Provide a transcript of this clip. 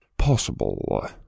possible